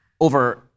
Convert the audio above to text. over